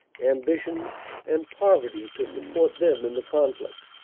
ambition and poverty to support them in the conflict.